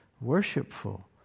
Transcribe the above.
worshipful